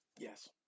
Yes